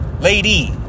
Lady